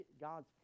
God's